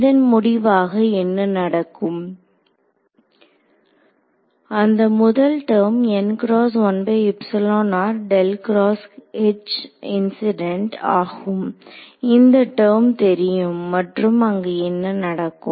இதன் முடிவாக என்ன நடக்கும் அந்த முதல் டெர்ம் ஆகும் இந்த டெர்ம் தெரியும் மற்றும் அங்கு என்ன நடக்கும்